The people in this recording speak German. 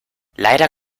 leider